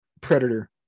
predator